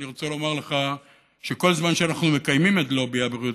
אני רוצה לומר לך שכל זמן שאנחנו מקיימים את לובי הבריאות,